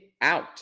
out